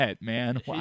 man